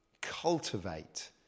cultivate